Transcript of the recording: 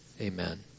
Amen